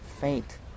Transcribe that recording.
faint